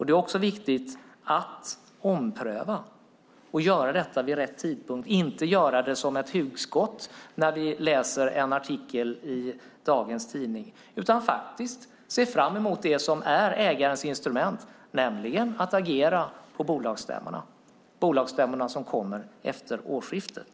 Det är också viktigt att ompröva och göra detta vid rätt tidpunkt och inte göra det som ett hugskott när vi läser en artikel i dagens tidning utan faktiskt se fram emot det som är ägarens instrument, nämligen att agera på bolagsstämmorna som kommer efter årsskiftet.